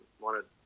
wanted